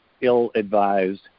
ill-advised